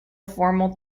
formal